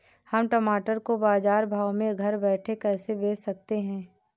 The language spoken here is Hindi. हम टमाटर को बाजार भाव में घर बैठे कैसे बेच सकते हैं?